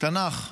תנ"ך.